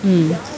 um